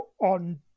on